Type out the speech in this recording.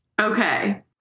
Okay